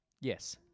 Yes